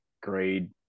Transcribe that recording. grade